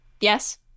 Yes